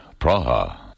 Praha